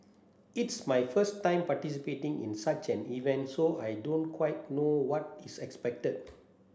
it's my first time participating in such an event so I don't quite know what is expected